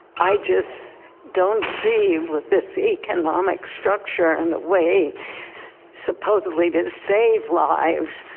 i just don't see with this economic structure and the way supposedly to to save lives,